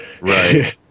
Right